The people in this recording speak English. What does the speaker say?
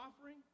offering